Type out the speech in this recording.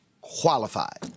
qualified